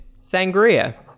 Sangria